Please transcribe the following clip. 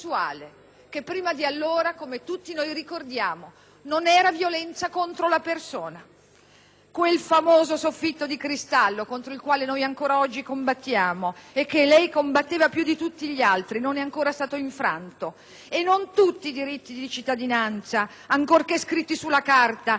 che prima di allora, come tutti noi ricordiamo, non era violenza contro la persona. Quel famoso soffitto di cristallo, contro il quale noi ancora oggi combattiamo e che lei combatteva più di tutti gli altri, non è ancora stato infranto e non tutti i diritti di cittadinanza, ancorché scritti sulla carta, si sono ancora